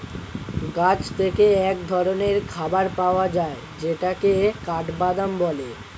গাছ থেকে এক ধরনের খাবার পাওয়া যায় যেটাকে কাঠবাদাম বলে